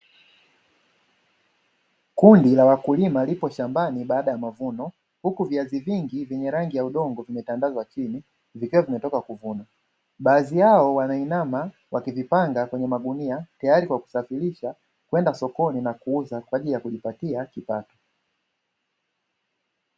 Kundi la wakulima lipo shambani baada ya mavuno, huku viazi vingi vyenye rangi ya udongo vimetandazwa chini, vikiwa vimetoka kuvunwa huku baadhi yao wakiwa wanainama wakivipanga kwenye magunia tayari kwa kuzisafirisha kwenda sokoni na kuuza kwa ajili ya kujipatia kipato.